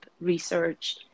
research